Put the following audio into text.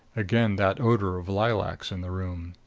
again that odor of lilacs in the room.